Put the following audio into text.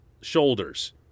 shoulders